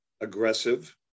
aggressive